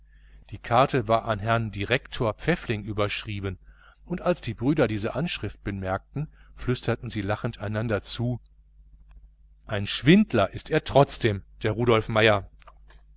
die karte war an herrn direktor pfäffling adressiert und als die brüder diese aufschrift bemerkten flüsterten sie lachend einander zu ein schwindler ist er trotzdem der rudolf meier